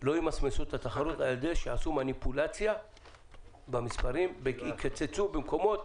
לא ימסמסו את התחרות על ידי כך שיעשו מניפולציה במספרים ויקצצו במקומות